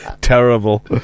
Terrible